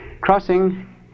crossing